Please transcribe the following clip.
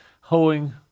hoeing